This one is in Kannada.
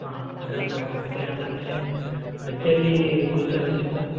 ಹಾಂ ಚಿಕನ್ ಪೇ ಮತ್ತೆ ಅದಾದಮೇಲೆ ವೆಜ್ಜಲ್ಲಿ ಕುಲ್ಚ ಬೇಕಿತ್ತು